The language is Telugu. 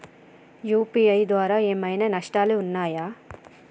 యూ.పీ.ఐ ద్వారా ఏమైనా నష్టాలు ఉన్నయా?